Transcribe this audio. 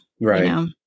Right